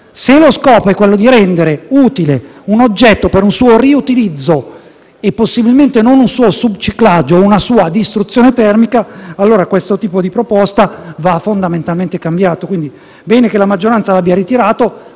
Se lo scopo è quello di rendere utile un oggetto per un suo riutilizzo e possibilmente non un suo subciclaggio o una sua distruzione termica, allora questo tipo di proposta va fondamentalmente cambiato. Quindi, bene che la maggioranza l'abbia ritirato;